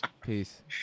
Peace